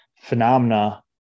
phenomena